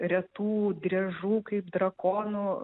retų driežų kaip drakonų